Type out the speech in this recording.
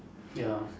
ya